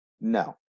No